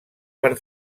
per